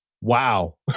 Wow